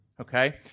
Okay